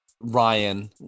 Ryan